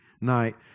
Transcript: night